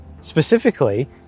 specifically